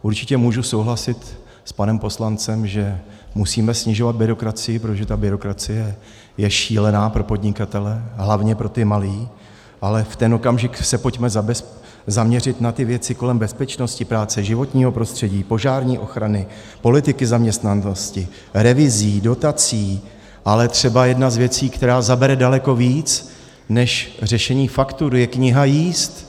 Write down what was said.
Určitě můžu souhlasit s panem poslancem, že musíme snižovat byrokracii, protože byrokracie je pro podnikatele šílená, hlavně pro ty malé, ale v ten okamžik se pojďme zaměřit na věci kolem bezpečnosti práce, životního prostředí, požární ochrany, politiky zaměstnanosti, revizí, dotací, ale třeba jedna z věcí, která zabere daleko více než řešení faktur, je kniha jízd.